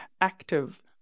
active